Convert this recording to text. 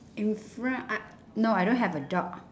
in front I no I don't have a dog